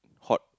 hot